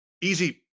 Easy